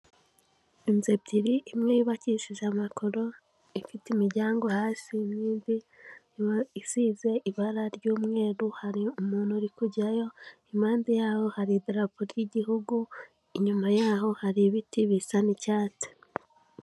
Inzu ebyiri imwe yubakishije amakoro ifite imiryango hasi n'indi isize ibara ry'umweru, hari umuntu uri kujyayo, impande yaho hari idarapo ry'igihugu, inyuma yaho hari ibiti bisa n'icyatsi.